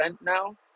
now